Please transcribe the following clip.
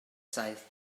saith